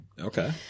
Okay